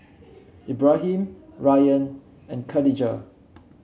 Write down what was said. Ibrahim Ryan and Khadija